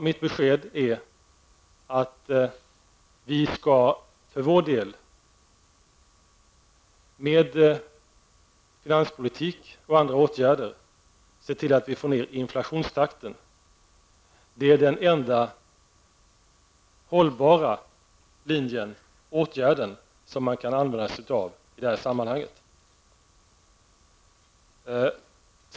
Mitt besked är att vi med finanspolitik och andra åtgärder skall se till att få ned inflationstakten. Det är den enda hållbara åtgärden i sammanhanget.